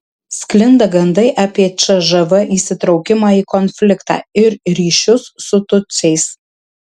sklinda gandai apie cžv įsitraukimą į konfliktą ir ryšius su tutsiais